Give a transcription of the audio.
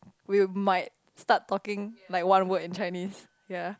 we might start talking like one word in Chinese ya